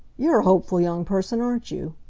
you're a hopeful young person, aren't you?